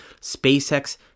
SpaceX